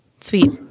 sweet